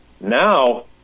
Now